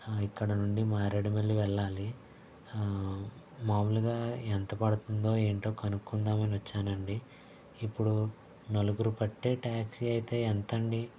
ఇక్కడ నుండి మారేడుమల్లి వెళ్ళాలి మామూలుగా ఎంత పడుతుందో ఏంటో కనుక్కుందామని వచ్చానండి ఇప్పుడు నలుగురు పట్టే ట్యాక్సీ అయితే ఎంతండి